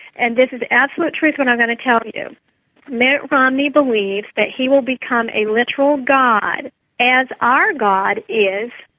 and this is the absolute truth, what i'm going to tell you mitt romney believes that he will become a literal god as our god is,